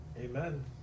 Amen